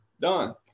done